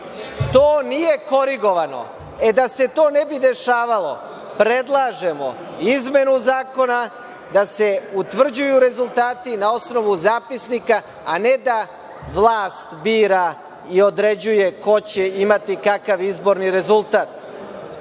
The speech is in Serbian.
To nije korigovano. Da se to ne bi dešavalo, predlažemo izmenu zakona, da se utvrđuju rezultati na osnovu zapisnika, a ne da vlast bira i određuje ko će imati kakav izborni rezultat.